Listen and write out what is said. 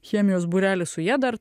chemijos būrelį su ja dar